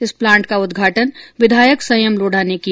इस प्लांट का उद्घाटन विधायक संयम लोढा ने किया